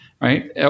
right